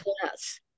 class